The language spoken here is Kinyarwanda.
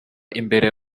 imbere